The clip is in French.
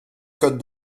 code